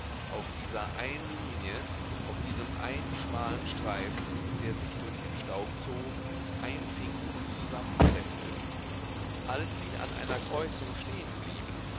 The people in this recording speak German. auf dieser einen linie auf diesem einen schmalen streifen der sich durch den staub zog einfing und zusammenpreßte als sie an einer kreuzung